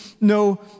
no